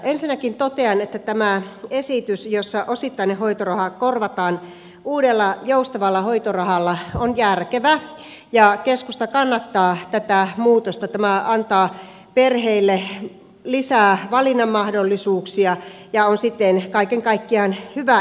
ensinnäkin totean että tämä esitys jossa osittainen hoitoraha korvataan uudella joustavalla hoitorahalla on järkevä ja keskusta kannattaa tätä muutosta tämä antaa perheille lisää valinnan mahdollisuuksia ja on siten kaiken kaikkiaan hyvä esitys